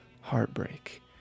heartbreak